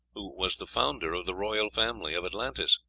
who was the founder of the royal family of atlantis.